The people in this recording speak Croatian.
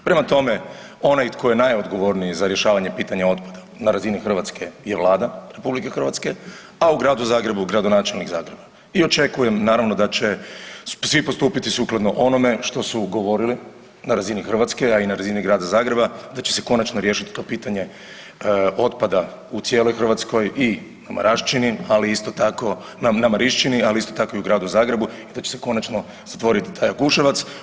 Prema tome, onaj tko je najodgovorniji za rješavanje pitanja otpada na razini Hrvatske je Vlada RH, a u Gradu Zagrebu gradonačelnik Zagreba i očekujem naravno da će svi postupiti sukladno onome što su govorili na razini Hrvatske, a i na razini Grada Zagreba da će se konačno riješit to pitanje otpada u cijeloj Hrvatskoj i na Marašćini, ali isto tako, na Marišćini, ali isto tako i u Gradu Zagrebu i da će se konačno zatvoriti taj Jakuševac.